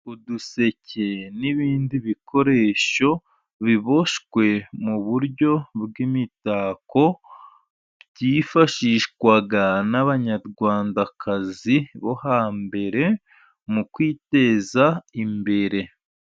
Uduseke n'ibindi bikoresho biboshywe mu buryo bw'imitako, byifashishwaga n'Abanyarwandakazi bo hambere, mu kwiteza imbere.